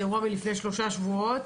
זה אירוע מלפני שלושה שבועות.